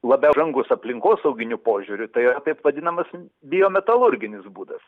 labiau brangus aplinkosauginiu požiūriu tai yra taip vadinamas biometalurginis būdas